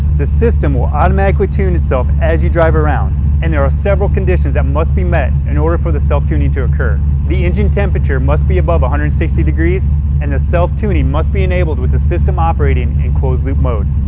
the system will automatically tune itself as you drive around and there are several conditions that must be met in order for the self-tuning to occur. the engine temperature must be above one hundred and sixty degrees and the self-tuning must be enabled with the system operating in closed-loop mode.